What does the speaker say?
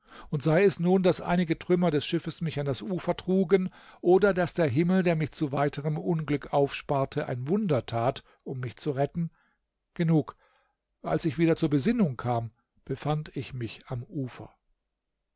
und sei es nun daß einige trümmer des schiffes mich an das ufer trugen oder daß der himmel der mich zu weiterem unglück aufsparte ein wunder tat um mich zu retten genug als ich wieder zur besinnung kam befand ich mich am ufer